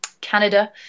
Canada